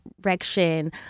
direction